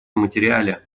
материале